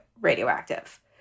radioactive